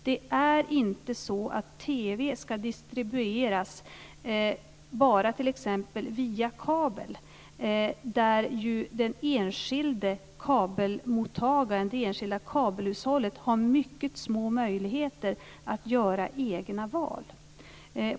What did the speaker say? Det är inte så att TV ska distribueras bara t.ex. via kabel, där ju den enskilde kabelmottagaren, det enskilda kabelhushållet, har mycket små möjligheter att göra egna val.